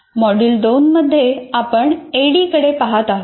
module 2 मध्ये आपण ऍडी कडे पहात आहोत